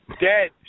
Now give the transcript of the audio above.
Dead